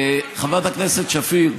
חברת הכנסת שפיר,